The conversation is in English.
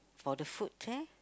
for the food there